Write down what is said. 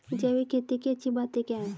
जैविक खेती की अच्छी बातें क्या हैं?